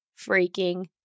freaking